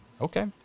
Okay